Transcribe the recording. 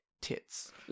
Tits